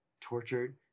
tortured